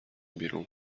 بیرون